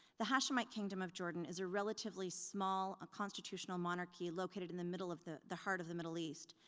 the hashemite kingdom of jordan is a relatively small ah constitutional monarchy located in the middle of the, the heart of the middle east,